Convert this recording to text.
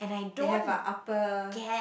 they have a upper